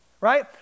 right